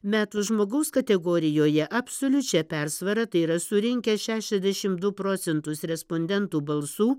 metų žmogaus kategorijoje absoliučia persvara tai yra surinkęs šešiasdešim du procentus respondentų balsų